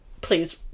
Please